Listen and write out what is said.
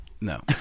No